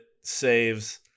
saves